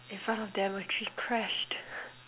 in front of them a tree crashed